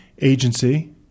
agency